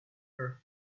her